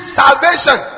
salvation